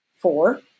four